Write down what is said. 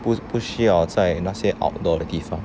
不不需要在那些 outdoor 的地方